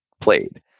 played